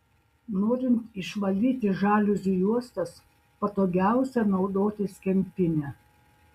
norint išvalyti žaliuzių juostas patogiausia naudotis kempine